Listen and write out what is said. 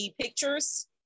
pictures